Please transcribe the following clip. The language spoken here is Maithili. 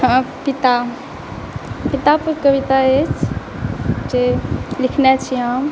हॅं पिता पितापर कविता अछि जे लिखने छी हम